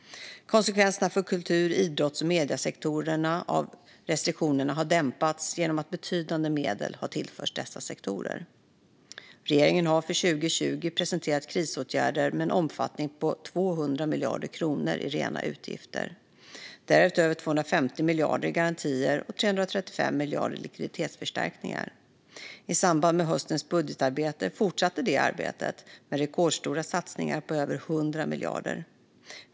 Konsekvenserna av restriktionerna för kultur, idrotts och mediesektorerna har dämpats genom att betydande medel har tillförts dessa sektorer. Regeringen har för 2020 presenterat krisåtgärder med en omfattning på 200 miljarder kronor i rena utgifter, därutöver 250 miljarder i garantier och 335 miljarder i likviditetsförstärkningar. I samband med höstens budgetarbete fortsatte det arbetet, med rekordstora satsningar på över 100 miljarder.